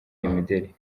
imideri